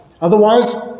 Otherwise